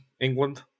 England